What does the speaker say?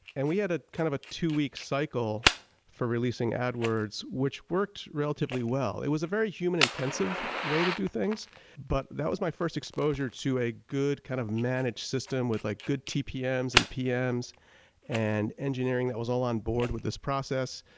and we had a kind of a two weeks cycle for releasing adwords which worked relatively well. it was a very human intensive way to do things sedfb fourteen but that was my first exposure to a good kind of managed system with like good tpm's and pm's and engineering that was all on board with this process.